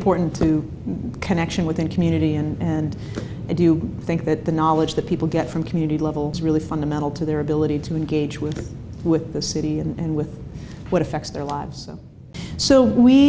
important to connection with the community and i do think that the knowledge that people get from community levels really fundamental to their ability to engage with the with the city and with what effects their lives so we